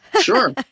Sure